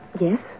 Yes